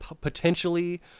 potentially